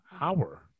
hour